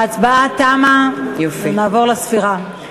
ההצבעה תמה, נעבור לספירה.